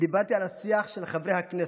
דיברתי על השיח של חברי הכנסת,